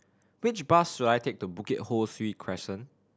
which bus should I take to Bukit Ho Swee Crescent